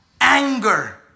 anger